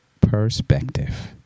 Perspective